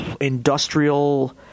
industrial